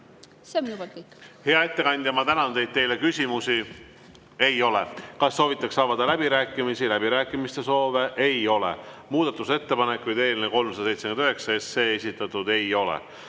See on minu poolt kõik. Hea ettekandja, ma tänan teid! Teile küsimusi ei ole. Kas soovitakse avada läbirääkimisi? Läbirääkimiste soove ei ole. Muudatusettepanekuid eelnõu 379 kohta esitatud ei ole.